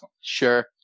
Sure